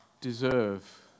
deserve